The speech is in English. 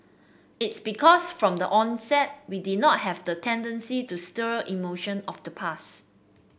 it's because from the onset we did not have the tendency to stir emotion of the past